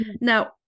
Now